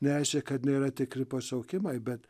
nereiškia kad nėra tikri pašaukimai bet